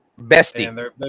bestie